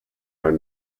were